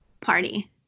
party